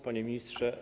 Panie Ministrze!